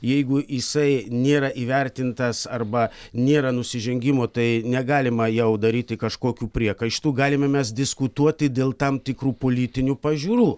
jeigu jisai nėra įvertintas arba nėra nusižengimo tai negalima jau daryti kažkokių priekaištų galime mes diskutuoti dėl tam tikrų politinių pažiūrų